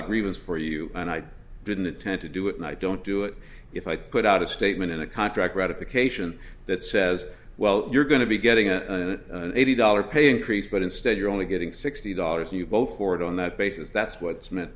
grievance for you and i didn't intend to do it and i don't do it if i put out a statement in a contract ratification that says well you're going to be getting an eighty dollars pay increase but instead you're only getting sixty dollars you vote for it on that basis that's what's meant